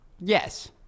Yes